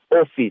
office